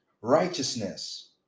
righteousness